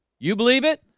you believe it